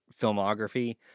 filmography